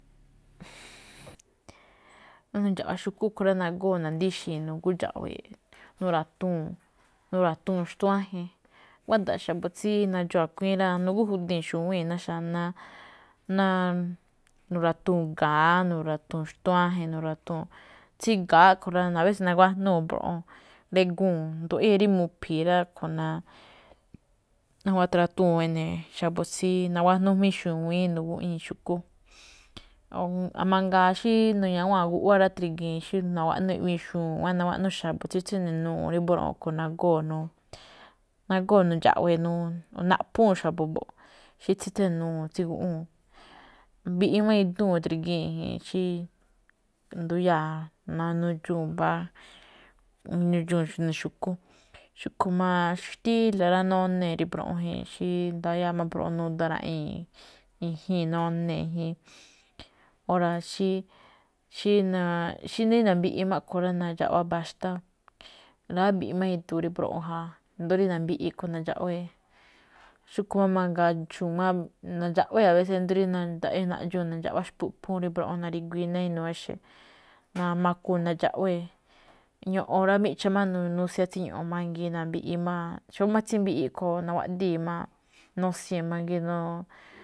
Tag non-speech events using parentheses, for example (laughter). Na̱ndxa̱ꞌwa̱ xu̱kú, a̱ꞌkhue̱n rá, nagóo̱ na̱díxi̱i̱n nugúndxa̱ꞌwe̱e̱, nu̱ra̱tuu̱n, nu̱ra̱tuu̱n xtuájen. Guáda̱ꞌ xa̱bo̱ tsí nadxuun a̱kui̱ín rá, nugújudii̱n xúwíi̱n ná xanáá. (hesitation) nu̱ra̱tuu̱n ga̱á, nu̱ra̱tuu̱n xtuájen, nu̱ra̱tuu̱n. Tsí ga̱á a̱ꞌkhue̱n rá, abeses nagájnuu̱ mbroꞌon, ngriguu̱n, nduꞌyée̱ rí mu̱phi̱i̱ a̱ꞌkhue̱n rá. Akhue̱n nawatra̱uu̱n ene̱ xa̱bo̱ tsí nagájnúú jmíí xu̱wíín, nu̱guꞌñíí jmíí xu̱kú. Mangaa xí nu̱ña̱wáa̱n guꞌwá rá, trigiin xí nawaꞌnú xu̱wán, xí nawaꞌnú xa̱bo̱ tsí tsínuu̱ rí mbroꞌon a̱ꞌkhue̱n, nagóo̱, nagóo̱ nu̱ndxa̱ꞌwe̱e̱ o naꞌphúu̱n xa̱bo̱ mbo̱ꞌ, xí tsí tsíne̱ nuu̱n tsí guꞌwúu̱n. Mbiꞌi máꞌ idúu̱n trigi̱i̱n xí nduyáa̱, nudxuu̱n mbá, nune̱ xu̱kú. Xúꞌkhue̱n máꞌ xí xtíla̱ rá, nonee̱ rí mbroꞌon jii̱n, xí ndayáa máꞌ mbroꞌon nuda raꞌii̱n, i̱jíi̱n none̱ jin. Óra̱ xí-xí (hesitation) na̱mbiꞌi máꞌ a̱ꞌkhue̱n rá, na̱ndxa̱ꞌwá mba̱xtá, rá mbiꞌi máꞌ iduu̱ ja. Indo̱ó rí na̱mbiꞌi máꞌ a̱ꞌkhue̱n nandxaꞌwee̱. Xúꞌkhue̱n máꞌ mangaa xu̱wán nandxaꞌwee̱ ído̱ rí naꞌdxuu̱n nandxaꞌwá xpu̱ꞌphún rí mbroꞌon na̱ri̱guii̱ ná inuu exe̱, (noise) namakuu̱ nandxawée̱. Ño̱ꞌo̱n rá, miꞌcha̱ máꞌ nusian tsí ño̱ꞌo̱n mangiin, na̱mbiꞌi máꞌ, xóó máꞌ tsimbiꞌi a̱ꞌkhue̱n, nawaꞌdii̱ máꞌ, nosie̱n mangii̱n.